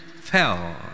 fell